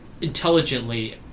intelligently